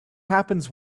happens